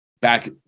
back